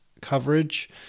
coverage